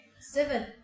Seven